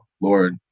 Lord